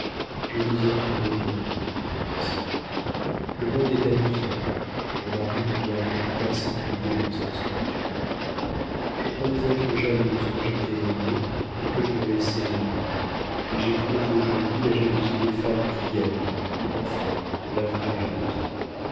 je veux être le monde pour gaston le monde est amusant mon mari ne doit donc pas s'ennuyer dans cette solitude je croyais être jalouse quand j'étais aimée et que je me laissais aimer mais j'éprouve aujourd'hui la jalousie des femmes qui aiment enfin la vraie jalousie